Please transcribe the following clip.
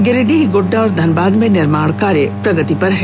गिरिडीह गोड्डा और धनबाद में निर्माण कार्य प्रगति पर है